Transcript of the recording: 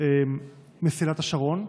מסילת השרון.